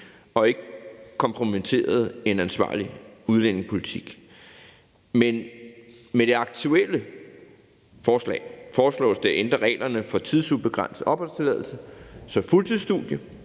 og ikke kompromitterede en ansvarlig udlændingepolitik. Med det aktuelle forslag foreslås det at ændre reglerne for tidsubegrænset opholdstilladelse, så fuldtidsstudie,